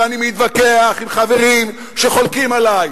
ואני מתווכח עם חברים שחולקים עלי,